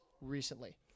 recently